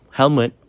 helmet